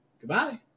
Goodbye